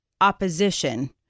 opposition